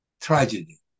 tragedy